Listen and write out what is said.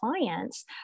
clients